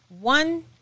one